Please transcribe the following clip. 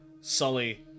Sully